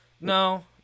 no